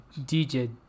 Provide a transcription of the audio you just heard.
DJ